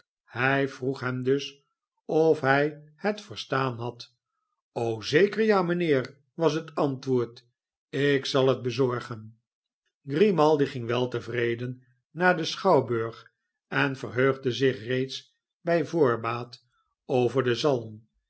hij vroeg hem dus of hij het verstaan had zeker ja mijnheer was het antwoord ik zal het bezorgen grimaldi ging weltevreden naar den schouwburg en verheugde zich reeds bij voorbaat over de zalm